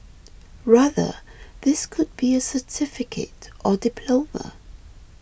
rather this could be a certificate or diploma